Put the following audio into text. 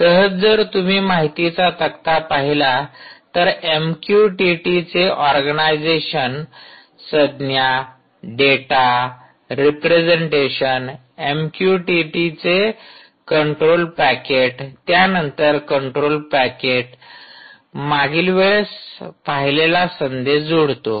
सहज जर तुम्ही माहितीचा तक्ता पहिला तर एमक्यूटीटीचे ऑर्गनायझेशन संज्ञा डेटा रिप्रेझेंटेशन एमक्यूटीटीचे कंट्रोल पॅकेट त्यानंतर कंट्रोल पॅकेट मागील वेळेस पाहिलेला संदेश जोडतो